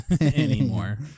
anymore